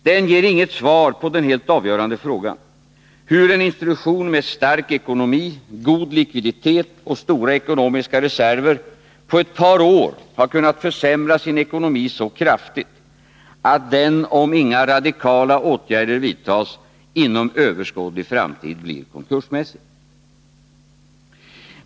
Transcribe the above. Den ger inget svar på den helt avgörande frågan, hur en institution med stark ekonomi, god likviditet och stora ekonomiska reserver på ett par år har kunnat försämra sin ekonomi så kraftigt att den, om inga radikala åtgärder vidtas, inom överskådlig framtid blir konkursmässig.